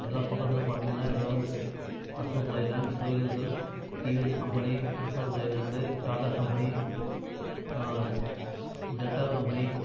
எல்லாம் பக்கத்தில் பார்த்திங்கன்னா எல்லாமே அசோக் லேலேண்ட் தொழில்கள் TVS company Ashok Leyland Tata company Delta company